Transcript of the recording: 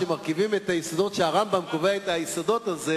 שמרכיבים את היסודות שהרמב"ם קובע אותם,